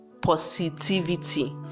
positivity